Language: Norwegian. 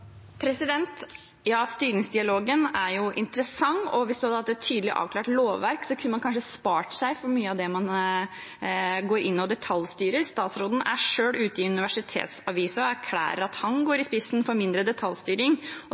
Ja, styringsdialogen er jo interessant. Hvis man hadde et tydelig avklart lovverk, kunne man kanskje spart seg for mye av det man går inn og detaljstyrer. Statsråden er selv ute i Universitetsavisa og erklærer at han går i spissen for mindre detaljstyring, og